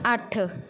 ਅੱਠ